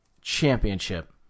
Championship